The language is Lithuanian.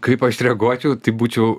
kaip aš reaguočiau tai būčiau